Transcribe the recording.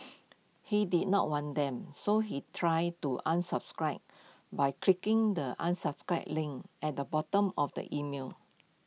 he did not want them so he tried to unsubscribe by clicking the unsubscribe link at the bottom of the email